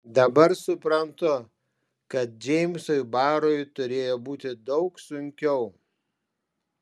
dabar suprantu kad džeimsui barui turėjo būti daug sunkiau